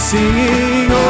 Singing